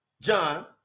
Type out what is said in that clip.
john